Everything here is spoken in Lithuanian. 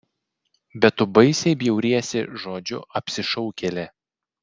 bet tu baisiai bjauriesi žodžiu apsišaukėlė